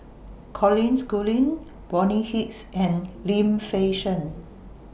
Colin Schooling Bonny Hicks and Lim Fei Shen